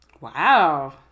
Wow